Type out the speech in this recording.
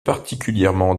particulièrement